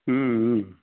ம் ம்